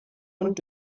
und